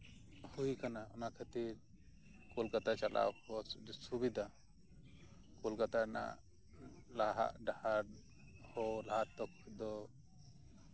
ᱦᱩᱭ ᱠᱟᱱᱟ ᱚᱱᱟ ᱠᱷᱟᱹᱛᱤᱨ ᱠᱳᱞᱠᱟᱛᱟ ᱪᱟᱞᱟᱣ ᱦᱚᱨ ᱥᱩᱵᱤᱫᱷᱟ ᱠᱳᱞᱠᱟᱛᱟ ᱨᱮᱱᱟᱜ ᱞᱟᱦᱟᱜ ᱰᱟᱦᱟᱨ ᱦᱚ ᱞᱟᱦᱟᱛᱮ ᱫᱚ